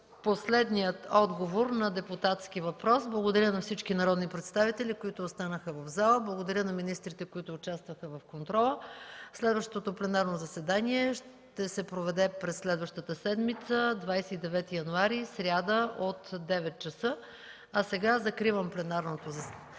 последният отговор на депутатски въпрос. Благодаря на всички народни представители, които останаха в залата. Благодаря на министрите, които участваха в контрола. Следващото пленарно заседание ще се проведе през следващата седмица – 29 януари 2014 г., сряда, от 9,00 ч. Успешен уикенд на всички! Закривам пленарното заседание.